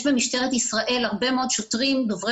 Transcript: יש במשטרת ישראל הרבה מאוד שוטרים דוברי